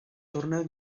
torneo